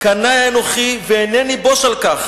"קנאי אנוכי, ואינני בוש על כך.